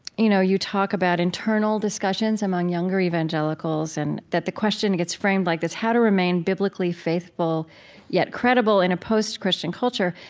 you know, you talk about internal discussions among younger evangelicals, and that the question gets framed like this, how to remain biblically faithful faithful yet credible in a post-christian culture.